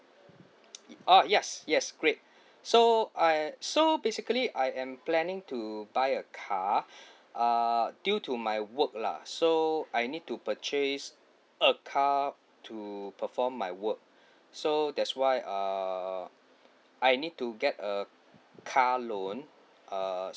oh yes yes great so uh so basically I am planning to buy a car uh due to my work lah so I need to purchase a car to perform my work so that's why uh I need to get a car loan uh